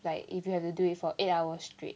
like if you have to do it for eight hours straight